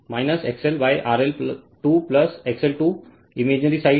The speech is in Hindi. तो यहाँ यह है XL RL 2 XL 2 imaginary side